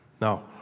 Now